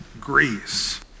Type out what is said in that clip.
Greece